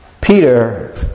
Peter